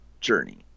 journey